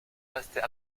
restait